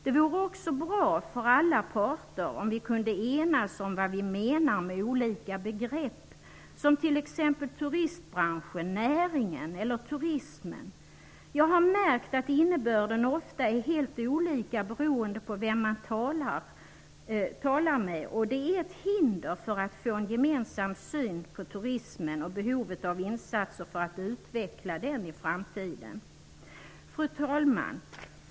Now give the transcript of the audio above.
Det vore också bra för alla parter om vi kunde enas om vad vi menar med olika begrepp, som t.ex. turistbranschen, näringen eller turismen. Jag har märkt att innebörden ofta är helt olika beroende på vem man talar med, och det är ett hinder för att få till stånd en gemensam syn på turismen och på behovet av insatser för att utveckla den i framtiden. Fru talman!